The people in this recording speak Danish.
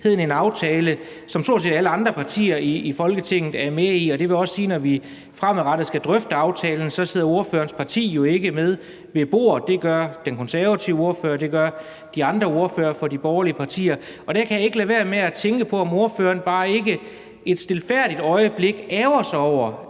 en aftale, som stort set alle andre partier i Folketinget er med i, og det vil også sige, at når vi fremadrettet skal drøfte aftalen, sidder ordføreren jo ikke med ved bordet – det gør den konservative ordfører og ordførerne for de andre borgerlige partier. Og der kan jeg ikke lade være med at tænke på, om ordføreren ikke bare et stilfærdigt øjeblik ærgrer sig over,